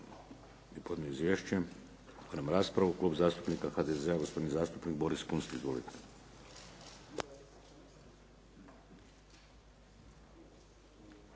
je podnio izvješće. Idemo na raspravu. Klub zastupnika HDZ-a, gospodin zastupnik Boris Kunst. Izvolite.